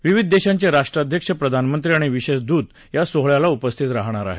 विविध देशांचे राष्ट्राध्यक्ष प्रधानमंत्री आणि विशेष दूत या सोहळ्याला उपस्थित राहणार आहेत